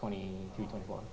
twenty one